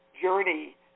journey